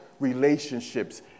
relationships